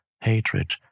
hatred